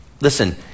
listen